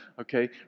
Okay